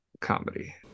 comedy